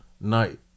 night